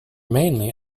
mainly